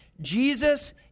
Jesus